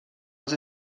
els